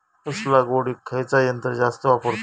ऊस लावडीक खयचा यंत्र जास्त वापरतत?